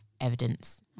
evidence